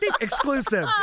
Exclusive